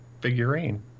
figurine